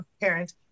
parent